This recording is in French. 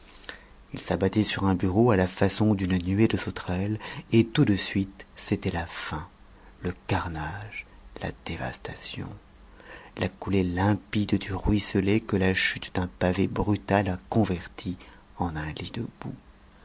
il s'abattait sur un bureau à la façon d'une nuée de sauterelles et tout de suite c'était la fin le carnage la dévastation la coulée limpide du ruisselet que la chute d'un pavé brutal a converti en un lit de boue